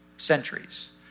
centuries